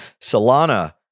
Solana